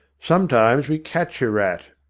sometimes we catch a rat.